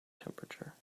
temperature